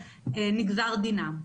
נגזר דינם.